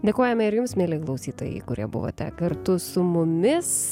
dėkojame ir jums mieli klausytojai kurie buvote kartu su mumis